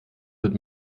wird